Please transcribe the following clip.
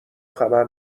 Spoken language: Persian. خبر